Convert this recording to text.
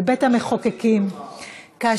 בבית המחוקקים,